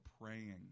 praying